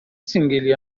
سینگلی